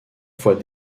fois